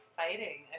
fighting